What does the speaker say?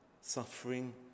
Suffering